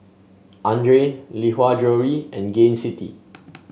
Andre Lee Hwa Jewellery and Gain City